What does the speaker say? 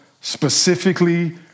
specifically